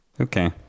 okay